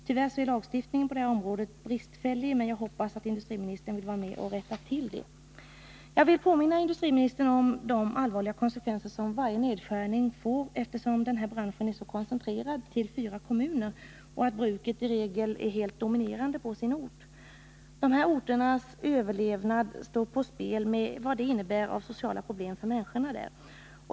Tyvärr är lagstiftningen på området bristfällig, men jag hoppas att industriministern vill vara med och rätta till bristerna. Jag vill påminna industriministern om de allvarliga konsekvenser som varje nedskärning får, eftersom branschen är koncentrerad till fyra kommuner och bruket i regel är helt dominerande på sin ort. Dessa orters överlevnad står på spel, med allt vad det innebär av sociala problem för människorna där.